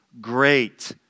great